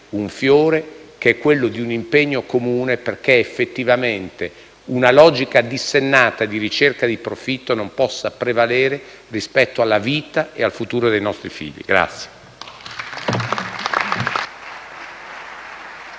un fiore, che è quello di un impegno comune perché effettivamente una logica dissennata di ricerca di profitto non possa prevalere rispetto alla vita e al futuro dei nostri figli.